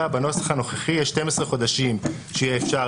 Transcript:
כרגע בנוסח הנוכחי יש 12 חודשים שיהיה אפשר